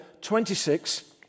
26